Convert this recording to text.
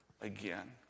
again